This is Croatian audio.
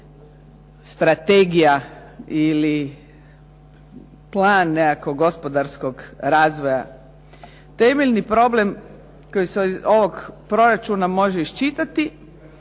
strategija ili plan nekakvog gospodarskog razvoja. Temeljni problem koji se iz ovog proračuna može iščitati